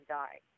die